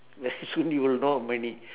very soon you will know how many